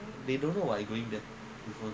okay